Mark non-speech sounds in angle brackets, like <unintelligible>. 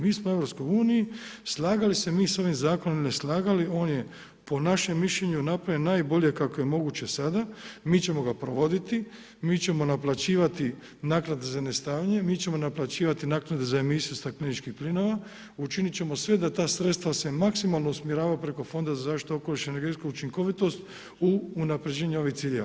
Mi smo u EU slagali se mi sa ovim zakonom ili ne slagali on je po našem mišljenju napravio najbolje kako je moguće sada, mi ćemo ga provoditi, mi ćemo naplaćivati naknade za, ... <unintelligible> mi ćemo naplaćivati naknade za emisiju stakleničkih plinova, učiniti ćemo sve da ta sredstva se maksimalno usmjeravaju preko Fonda za zaštitu okoliša i energetsku učinkovitost u unapređenju ovih ciljeva.